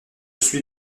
suis